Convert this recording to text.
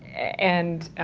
and,